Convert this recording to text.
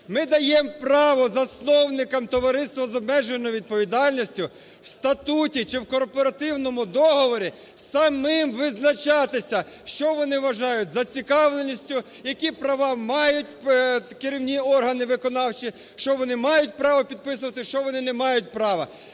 відповідальністю в статуті чи в корпоративному договорі самим визначатись, що вони вважають зацікавленістю, які права мають керівні органи, виконавчі, що вони мають право підписувати, що вони не мають права.